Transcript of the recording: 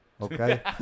Okay